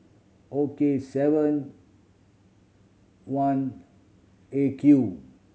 O K seven one A Q